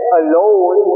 alone